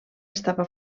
estava